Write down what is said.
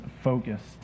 focused